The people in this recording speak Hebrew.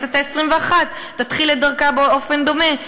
הכנסת העשרים-ואחת תתחיל את דרכה באופן דומה.